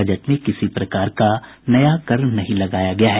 budget में किसी प्रकार का नया कर नहीं लगाया गया है